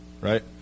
right